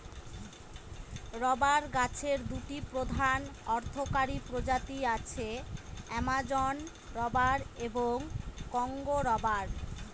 rubber গাছের দুটি প্রধান অর্থকরী প্রজাতি আছে, অ্যামাজন রবার এবং কংগো রবার